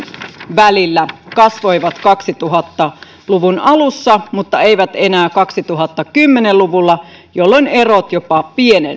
välillä kasvoivat kaksituhatta luvun alussa mutta eivät enää kaksituhattakymmenen luvulla jolloin erot jopa